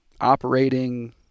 operating